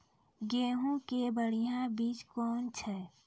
गेहूँ के बढ़िया बीज कौन छ?